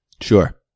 Sure